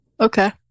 Okay